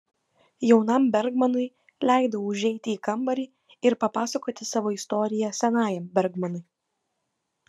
jaunam bergmanui leidau užeiti į kambarį ir papasakoti savo istoriją senajam bergmanui